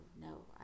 no